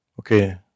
Okay